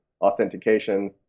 authentication